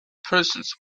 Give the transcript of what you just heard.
persons